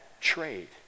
trade